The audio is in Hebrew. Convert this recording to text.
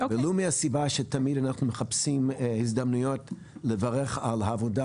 ולו מהסיבה שאנחנו תמיד מחפשים הזדמנויות לברך על העבודה